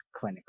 clinically